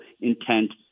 intent